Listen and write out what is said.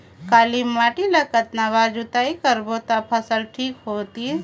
काली माटी ला कतना बार जुताई करबो ता फसल ठीक होती?